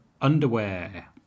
underwear